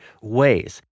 ways